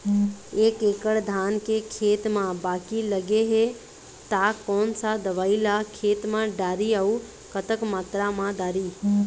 एक एकड़ धान के खेत मा बाकी लगे हे ता कोन सा दवई ला खेत मा डारी अऊ कतक मात्रा मा दारी?